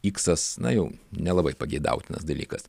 iksas na jau nelabai pageidautinas dalykas